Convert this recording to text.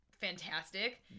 fantastic